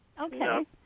okay